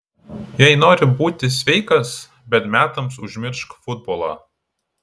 jei nori būti sveikas bent metams užmiršk futbolą